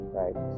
right